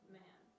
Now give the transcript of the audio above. man